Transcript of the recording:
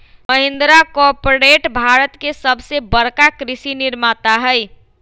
Mahindra corporate Bharat के सबसे बड़का कृषि निर्माता हई